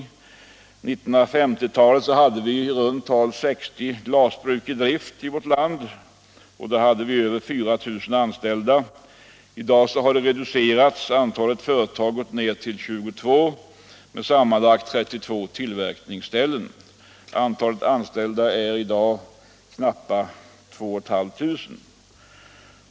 På 1950-talet hade vi i runt tal 60 glasbruk i drift i vårt land och över 4 000 anställda. I dag har antalet företag reducerats till 22 med sammanlagt 32 tillverkningsställen. Antalet anställda är knappt 2 500.